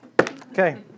okay